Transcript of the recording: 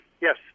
Yes